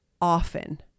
often